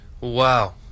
Wow